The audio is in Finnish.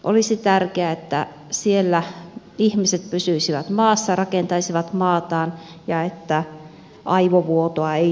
olisi tärkeää että siellä ihmiset pysyisivät maassa rakentaisivat maataan ja että aivovuotoa ei tapahtuisi